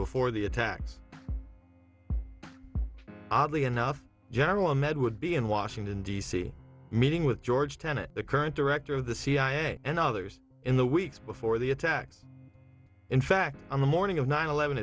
before the attacks oddly enough general med would be in washington d c meeting with george tenet the current director of the cia and others in the weeks before the attacks in fact on the morning of nine eleven